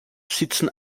sitzen